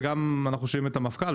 וגם עם המפכ"ל,